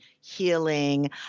healing